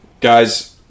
Guys